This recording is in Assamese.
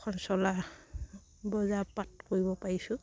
ঘৰখন চলা বজাৰ পাতি কৰিব পাৰিছোঁ